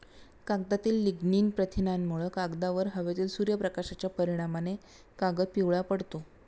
कागदातील लिग्निन प्रथिनांमुळे, कागदावर हवेतील सूर्यप्रकाशाच्या परिणामाने कागद पिवळा पडतो